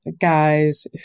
guys